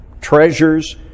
Treasures